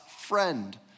friend